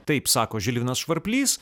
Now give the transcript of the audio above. taip sako žilvinas švarplys